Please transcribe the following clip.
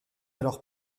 alors